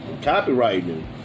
copyrighting